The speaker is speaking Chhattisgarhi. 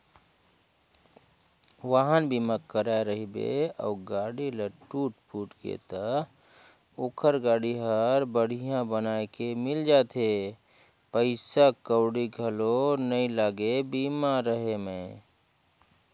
वाहन बीमा कराए रहिबे अउ गाड़ी ल टूट फूट गे त ओखर गाड़ी हर बड़िहा बनाये के मिल जाथे पइसा कउड़ी घलो नइ लागे बीमा रहें में